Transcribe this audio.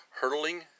hurtling